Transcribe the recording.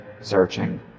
searching